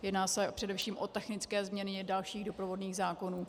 Jedná se především o technické změny dalších doprovodných zákonů.